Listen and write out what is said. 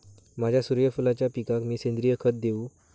माझ्या सूर्यफुलाच्या पिकाक मी सेंद्रिय खत देवू?